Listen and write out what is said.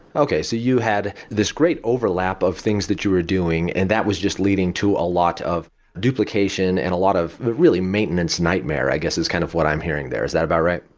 okay. so you had this great overlap of things that you were doing and that was just leading to a lot of duplication and a lot of, really, maintenance nightmare, i guess is kind of what i'm hearing there. is that about right?